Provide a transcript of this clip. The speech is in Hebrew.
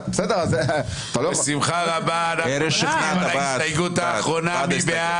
נצביע על הסתייגות 159 מי בעד?